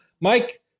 Mike